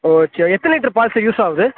okay எத்தனை litre பால் sir use ஆகுது